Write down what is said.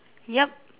yup